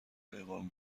پیغام